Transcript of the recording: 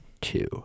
two